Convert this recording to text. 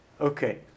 Okay